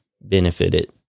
benefited